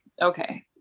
Okay